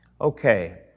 Okay